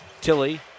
Tilly